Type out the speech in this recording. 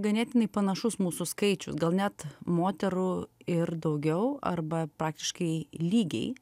ganėtinai panašus mūsų skaičius gal net moterų ir daugiau arba praktiškai lygiai